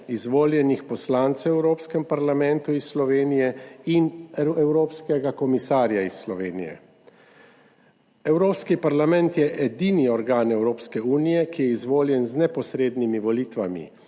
izvoljenih poslancev v Evropskem parlamentu iz Slovenije in evropskega komisarja iz Slovenije. Evropski parlament je edini organ Evropske unije, ki je izvoljen z neposrednimi volitvami.